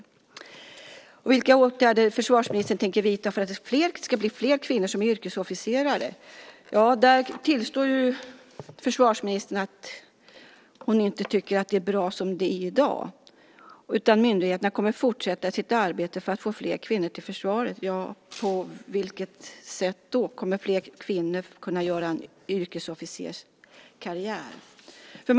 När det gäller frågan vilka åtgärder försvarsministern tänker vidta för att det ska bli fler kvinnliga yrkesofficerare tillstår försvarsministern att hon inte tycker att det är bra som det är i dag, utan myndigheterna kommer att fortsätta sitt arbete för att få fler kvinnor till försvaret. På vilket sätt kommer fler kvinnor att kunna göra karriär som yrkesofficerare?